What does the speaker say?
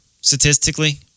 statistically